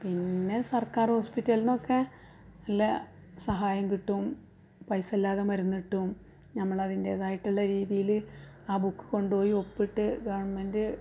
പിന്നെ സർക്കാർ ഹോസ്പിറ്റലിൽ നിന്നൊക്കെ നല്ല സഹായം കിട്ടും പൈസ ഇല്ലാതെ മരുന്ന് കിട്ടും നമ്മൾ അതിൻ്റെ ഇതായിട്ടുള്ള രീതിയിൽ ആ ബുക്ക് കൊണ്ട് പോയി ഒപ്പിട്ട് ഗവെർമെൻ്റ്